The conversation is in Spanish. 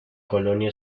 colonia